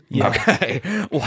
Okay